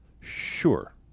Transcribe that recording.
sure